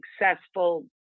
successful